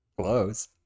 close